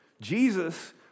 Jesus